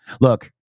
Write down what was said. Look